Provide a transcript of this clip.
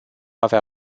avea